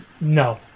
No